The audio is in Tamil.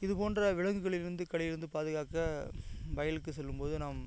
இதுபோன்ற விலங்குகளிலிருந்து கடியிலிருந்து பாதுகாக்க வயலுக்கு செல்லும்போது நாம்